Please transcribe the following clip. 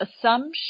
assumption